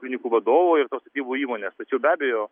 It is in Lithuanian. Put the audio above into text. klinikų vadovo ir tos statybų įmonės tačiau be abejo